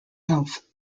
health